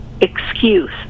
excuse